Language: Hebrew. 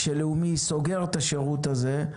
כשבנק לאומי סוגר את השירות הזה,